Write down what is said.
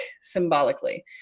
symbolically